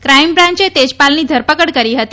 crime બ્રાન્ચે તેજપાલની ધરપકડ કરી હતી